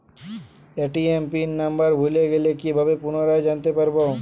ATM PIN number ভুলে গেলে কি ভাবে পুনরায় জানতে পারবো?